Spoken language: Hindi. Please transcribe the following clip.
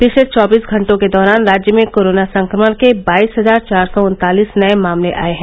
पिछले चौबीस घंटों के दौरान राज्य में कोरोना संक्रमण के बाईस हजार चार सौ उन्तालीस नये मामले आये हैं